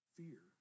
fear